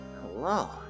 Hello